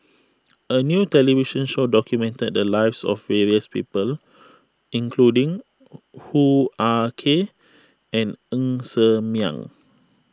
a new television show documented the lives of various people including Hoo Ah Kay and Ng Ser Miang